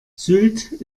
sylt